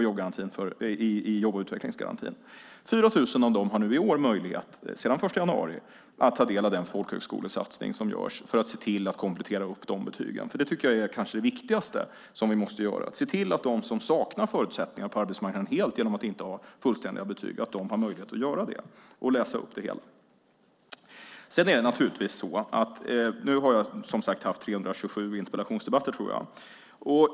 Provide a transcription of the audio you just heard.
Sedan den 1 januari i år har 4 000 av dem möjlighet att ta del av den folkhögskolesatsning som görs för att de ska kunna komplettera betygen. Det viktigaste vi har att göra är att se till att de som helt saknar förutsättningar på arbetsmarknaden eftersom de inte har fullständiga betyg har möjlighet att läsa upp dem. Jag har haft 327 interpellationsdebatter.